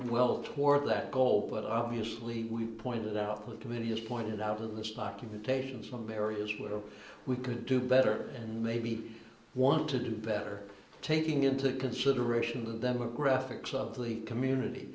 well toward that goal but obviously we pointed out that committee has pointed out in this documentation some areas where we could do better and maybe want to do better taking into consideration the demographics of the community